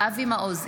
אבי מעוז,